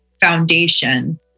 foundation